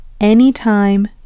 anytime